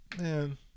Man